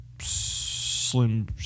Slim